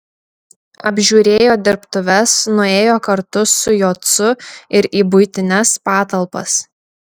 apžiūrėjo dirbtuves nuėjo kartu su jocu ir į buitines patalpas